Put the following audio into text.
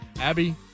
Abby